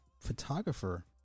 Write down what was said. photographer